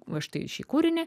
va štai šį kūrinį